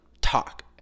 talk